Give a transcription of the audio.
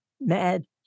Mad